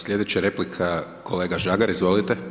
Sljedeća replika kolega Žagar izvolite.